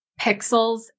pixels